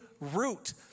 root